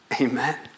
Amen